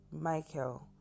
Michael